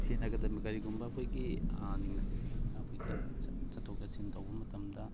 ꯁꯤꯖꯤꯟꯅꯒꯗꯕꯅꯤ ꯀꯔꯤꯒꯨꯝꯕ ꯑꯩꯈꯣꯏꯒꯤ ꯑꯩꯈꯣꯏꯒꯤ ꯆꯠꯊꯣꯛ ꯆꯠꯁꯤꯟ ꯇꯧꯕ ꯃꯇꯝꯗ